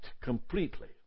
completely